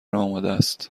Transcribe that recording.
آمادست